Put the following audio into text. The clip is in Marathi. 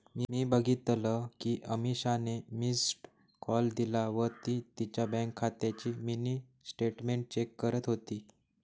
मी बघितल कि अमीषाने मिस्ड कॉल दिला व ती तिच्या बँक खात्याची मिनी स्टेटमेंट चेक करत होती